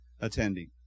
attending